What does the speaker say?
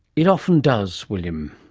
it often does, william.